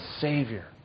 Savior